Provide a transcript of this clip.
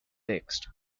fixed